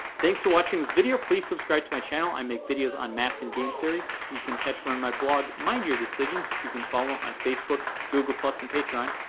thanks for watching this video. please subscribe to my channel. i make videos on math and game theory. you can catch me on my blog, mind your decisions, which you can follow on facebook, google, and patreon.